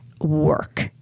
work